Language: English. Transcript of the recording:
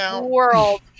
world